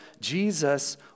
Jesus